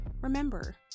remember